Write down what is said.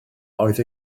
oedd